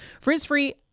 Frizz-free